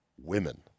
women